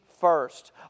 first